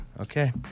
Okay